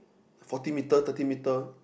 forty meter thirty meter